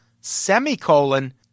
semicolon